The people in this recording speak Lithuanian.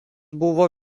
buvo